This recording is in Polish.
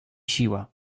siła